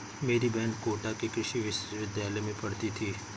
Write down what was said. मेरी बहन कोटा के कृषि विश्वविद्यालय में पढ़ती थी